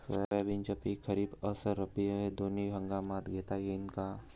सोयाबीनचं पिक खरीप अस रब्बी दोनी हंगामात घेता येईन का?